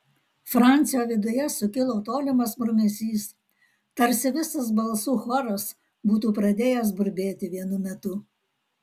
francio viduje sukilo tolimas murmesys tarsi visas balsų choras būtų pradėjęs burbėti vienu metu